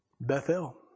Bethel